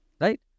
right